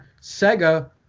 Sega